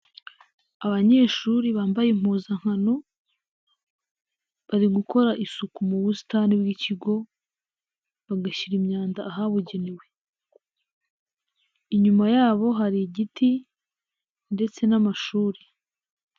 Abanyeshuri bambaye impuzankano bari gukora isuku mu busitani bw'ikigo bagashyira imyanda ahantu habugenewe, inyuma yabo hari igiti ndetse n'amashuri.